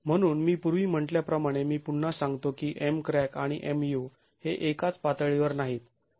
म्हणून मी पूर्वी म्हंटल्याप्रमाणे मी पुन्हा सांगतो की Mcrack आणि Mu हे एकाच पातळीवर नाहीत